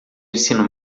ensino